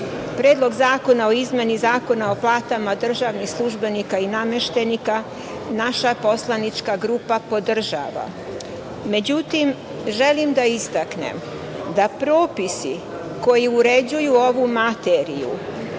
zakona o izmeni Zakona o platama državnih službenika i nameštenika naša poslanička grupa podržava.Međutim, želim da istaknem da propisi koji uređuju ovu materiju